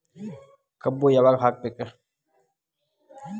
ಕಬ್ಬು ಯಾವಾಗ ಹಾಕಬೇಕು?